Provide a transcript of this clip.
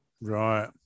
right